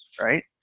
right